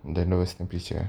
the lowest temperature